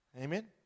Amen